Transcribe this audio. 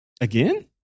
again